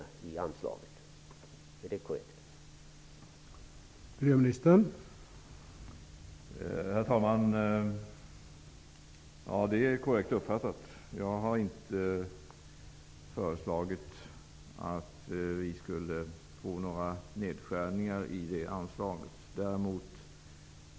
Min fråga blir då: Är detta korrekt uppfattat?